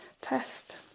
test